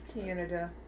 Canada